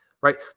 right